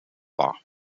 war